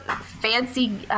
fancy